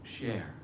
share